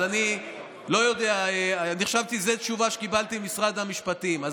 אז אני לא יודע, זו התשובה שקיבלתי ממשרד המשפטים.